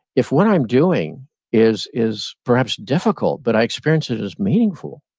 if what i'm doing is is perhaps difficult, but i experience it as meaningful,